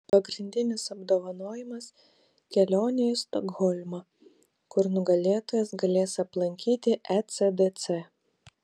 pagrindinis apdovanojimas kelionė į stokholmą kur nugalėtojas galės aplankyti ecdc